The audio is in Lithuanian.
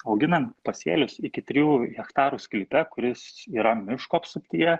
auginant pasėlius iki trijų hechtarų sklype kuris yra miško apsuptyje